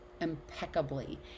impeccably